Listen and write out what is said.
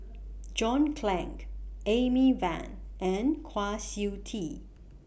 John Clang Amy Van and Kwa Siew Tee